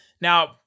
Now